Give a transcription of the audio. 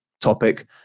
topic